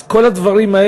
אז את כל הדברים האלה,